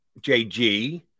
JG